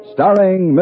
Starring